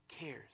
cares